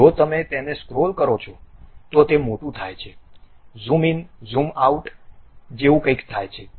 જો તમે તેને સ્ક્રોલ કરો છો તો તે મોટું થાય છે ઝૂમ ઇન ઝૂમ આઉટ જેવું કંઈક થાય છે